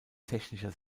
technischer